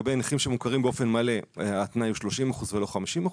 לגבי נכים שמוכרים באופן מלא התנאי הוא 30% ולא 50%,